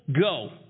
go